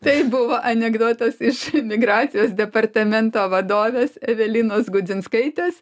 tai buvo anekdotas iš migracijos departamento vadovės evelinos gudzinskaitės